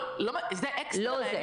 זה אקסטרה להם.